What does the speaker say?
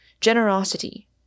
generosity